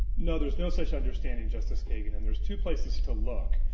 no. there's no such understanding, justice kagan, and there's two places to look.